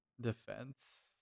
defense